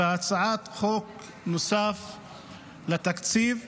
בהצעת חוק תקציב נוסף,